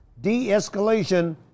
de-escalation